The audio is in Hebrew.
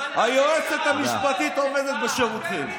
היועצת המשפטית עובדת בשירותכם.